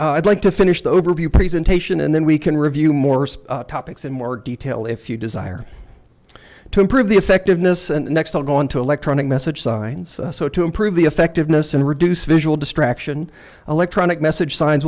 these i'd like to finish the overview presentation and then we can review more topics in more detail if you desire to improve the effectiveness and next i'll go on to electronic message signs so to improve the effectiveness and reduce visual distraction electronic message signs